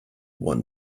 one